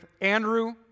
Andrew